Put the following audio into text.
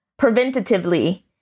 preventatively